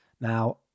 Now